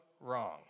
wrong